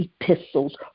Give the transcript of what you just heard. epistles